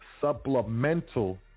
supplemental